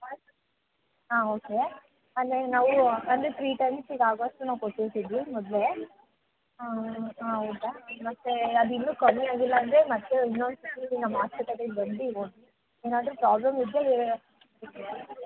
ಹಾಂ ಓಕೆ ಅಲ್ಲೇ ನಾವು ಅಂದರೆ ಥ್ರೀ ಟೈಮ್ಸಿಗೆ ಆಗೋ ಅಷ್ಟು ನಾವು ಕೊಟ್ಟಿರ್ತೀವಿ ಮೊದಲೇ ಹಾಂ ಹೌದಾ ಮತ್ತೆ ಅದಿನ್ನೂ ಕಮ್ಮಿ ಆಗಿಲ್ಲ ಅಂದರೆ ಮತ್ತೆ ಇನ್ನೊಂದು ಸತಿ ನಮ್ಮ ಹಾಸ್ಪಿಟಲಿಗೆ ಬಂದು ಹೋಗಿ ಏನಾದರೂ ಪ್ರಾಬ್ಲಮ್ ಇದ್ದರೆ